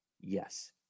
Yes